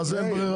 מה זה אין בררה?